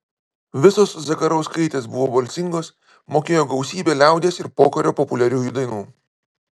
visos zakarauskaitės buvo balsingos mokėjo gausybę liaudies ir pokario populiariųjų dainų